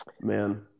man